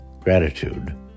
Gratitude